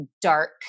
dark